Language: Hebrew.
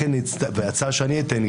ההצעה שאני אתן,